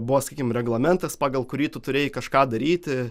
buvo sakykim reglamentas pagal kurį tu turėjai kažką daryti